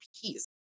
peace